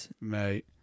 Mate